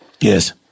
Yes